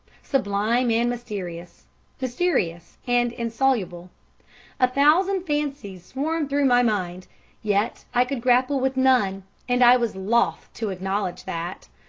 sublime and mysterious mysterious and insoluble a thousand fancies swarmed through my mind yet i could grapple with none and i was loth to acknowledge that,